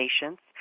patients